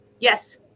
Yes